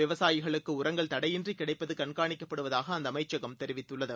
விவசாயிகளுக்குஉரங்கள்தடையின்றிக்கிடைப்பதுகண்காணிக்கப்படுவதாகஅந் தஅமைச்சகம்தெரிவித்துள்ளது